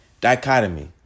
Dichotomy